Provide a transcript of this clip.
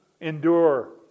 endure